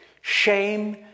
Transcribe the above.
shame